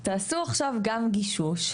תבצעו עכשיו גם גישוש,